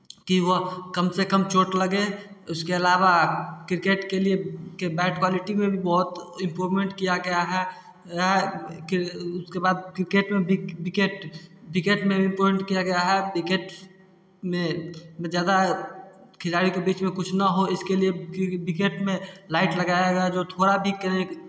कि वह कम से कम चोट लगे इसके अलावा क्रिकेट के बैट क्वालिटी में भी बहोत इम्प्रूवमेंट किया गया है कि उसके बाद क्रिकेट में भी विकेट विकेट में भी किया गया है विकेट में ज्यादा खिलाड़ियों के बीच कुछ ना हो इसके लिए विकेट में लाइट लगाया गया जो थोड़ा भी